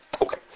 Okay